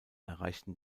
erreichten